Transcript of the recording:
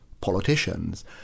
politicians